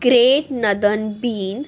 great northern bean